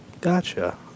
Gotcha